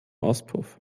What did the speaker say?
auspuff